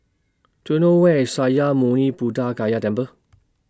Do YOU know Where IS Sakya Muni Buddha Gaya Temple